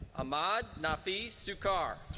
amad nafi sukar,